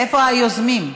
איפה היוזמים?